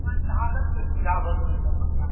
बस आबै के सुविधा भऽ गेल अय तत्काल